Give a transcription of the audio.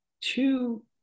two